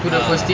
ah